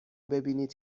ببینید